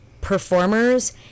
performers